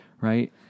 Right